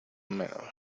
menos